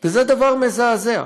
וזה דבר מזעזע.